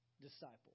disciple